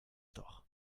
doch